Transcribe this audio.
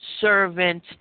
servant